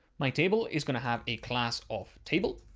my table is going to have a class of table,